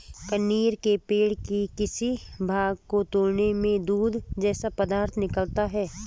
कनेर के पेड़ के किसी भाग को तोड़ने में दूध जैसा पदार्थ निकलता है